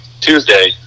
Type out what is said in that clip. Tuesday